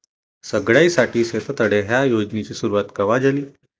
सगळ्याइसाठी शेततळे ह्या योजनेची सुरुवात कवा झाली?